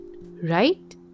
right